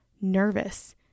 nervous